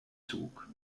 zug